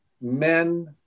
men